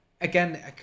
again